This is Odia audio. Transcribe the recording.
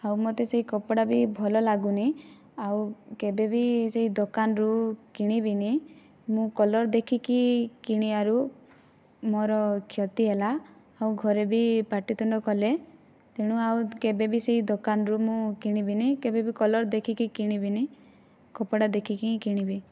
ଆଉ ମତେ ସେହି କପଡ଼ା ବି ଭଲ ଲାଗୁନି ଆଉ କେବେବି ସେହି ଦୋକାନରୁ କିଣିବିନି ମୁଁ କଲର୍ ଦେଖିକି କିଣିଆରୁ ମୋର କ୍ଷତି ହେଲା ଆଉ ଘରେ ବି ପାଟିତୁଣ୍ଡ କଲେ ତେଣୁ ଆଉ କେବେବି ସେହି ଦୋକାନରୁ ମୁଁ କିଣିବିନି କେବେବି କଲର୍ ଦେଖିକି କିଣିବିନି କପଡ଼ା ଦେଖିକି ହିଁ କିଣିବି